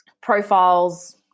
Profiles